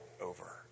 over